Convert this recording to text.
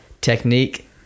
technique